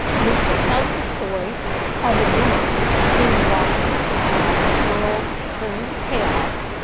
this book tells the story of a woman who watches the world turn into chaos,